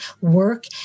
work